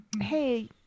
hey